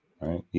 right